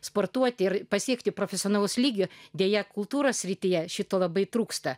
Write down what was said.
sportuoti ir pasiekti profesionalaus lygio deja kultūros srityje šito labai trūksta